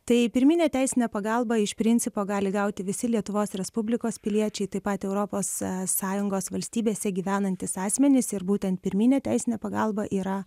tai pirminę teisinę pagalbą iš principo gali gauti visi lietuvos respublikos piliečiai taip pat europos sąjungos valstybėse gyvenantys asmenys ir būtent pirminė teisinė pagalba yra